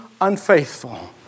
unfaithful